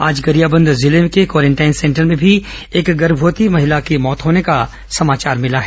आज गरियाबंद जिले के क्वारेंटाइन सेंटर में भी एक गर्भवती महिला की मौत होने का समाचार मिला है